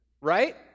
Right